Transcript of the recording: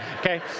Okay